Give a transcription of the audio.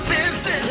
Business